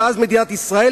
ואז מדינת ישראל,